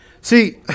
See